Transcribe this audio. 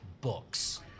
books